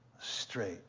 straight